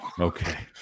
okay